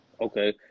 Okay